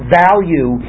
value